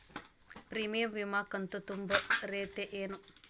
Premium ವಿಮಾ ಕಂತು ತುಂಬೋ ರೇತಿ ಏನು?